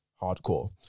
hardcore